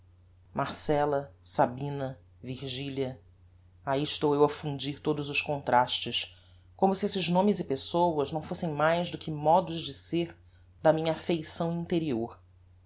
marcella sabina virgilia ahi estou eu a fundir todos os contrastes como se esses nomes e pessoas não fossem mais do que modos de ser da minha affeição interior